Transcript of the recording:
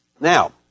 Now